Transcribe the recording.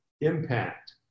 impact